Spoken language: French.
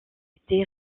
été